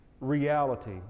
reality